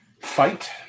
fight